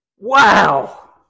Wow